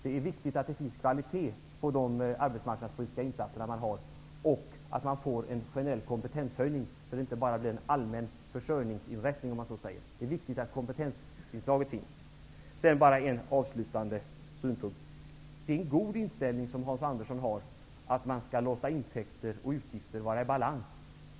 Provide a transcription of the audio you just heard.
Det är viktigt att det finns kvalitet i de arbetsmarknadspolitiska insatserna och att det blir en generell kompetenshöjning, så att det inte bara blir fråga om en allmän försörjningsinrättning. Det är viktigt att det finns ett inslag av kompetens. Hans Andersson har en god inställning, att man skall låta intäkter och utgifter vara i balans.